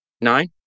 Nine